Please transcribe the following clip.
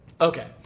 Okay